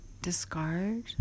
discard